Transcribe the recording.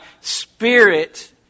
spirit